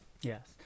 Yes